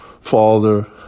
Father